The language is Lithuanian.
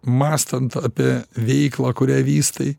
mąstant apie veiklą kurią vystai